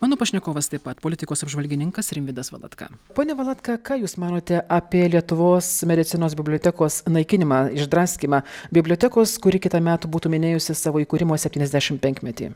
mano pašnekovas taip pat politikos apžvalgininkas rimvydas valatka pone valatka ką jūs manote apie lietuvos medicinos bibliotekos naikinimą išdraskymą bibliotekos kuri kitąmet būtų minėjusi savo įkūrimo septyniasdešimpenkmetį